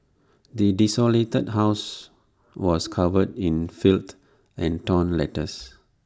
the desolated house was covered in filth and torn letters